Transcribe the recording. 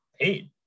paid